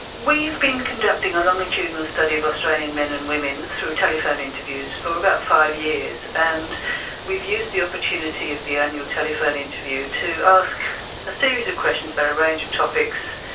we've been conducting a longitudinal study of australian men and women through telephone interviews for about five years and we've used the opportunity of the annual telephone interview to ask a series of questions about but a range of topics,